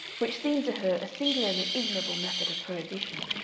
which seemed to her a singularly ignoble method of prohibition.